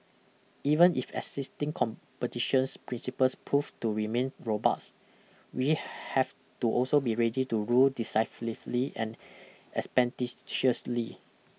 even if existing competitions principles prove to remain robust we have to also be ready to rule decisively and expeditiously